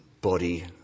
body